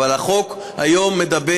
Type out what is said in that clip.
אבל החוק היום אומר,